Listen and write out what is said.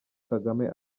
kagame